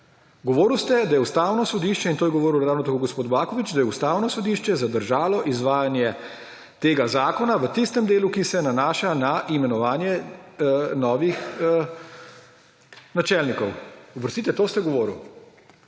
Govorili ste in to je govoril ravno tako gospod Baković, da je Ustavno sodišče zadržalo izvajanje tega zakona v tistem delu, ki se nanaša na imenovanje novih načelnikov. Oprostite, to ste govorili.